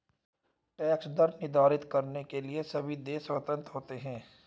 tax दर निर्धारित करने के लिए सभी देश स्वतंत्र होते है